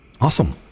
Awesome